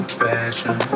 fashion